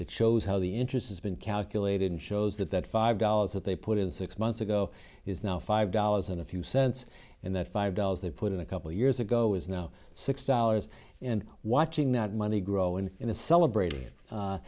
that shows how the interest has been calculated and shows that that five dollars that they put in six months ago is now five dollars and a few cents and that five dollars they put in a couple years ago is now six dollars and watching that money grow and in the celebrating